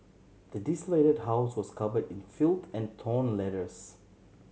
the desolated house was covered in filth and torn letters